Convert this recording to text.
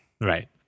Right